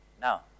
Now